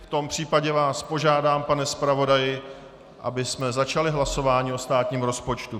V tom případě vás požádám, pane zpravodaji, abychom začali hlasování o státním rozpočtu.